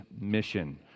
mission